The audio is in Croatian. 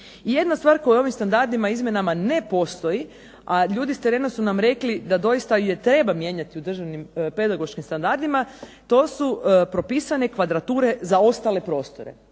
Jedina stvar koja u ovim standardima izmjenama ne postoji, a ljudi s terena su nam rekli da doista treba mijenjati u Državnim pedagoškim standardima to su propisane kvadrature za ostale prostore.